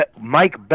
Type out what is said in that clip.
Mike